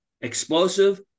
explosive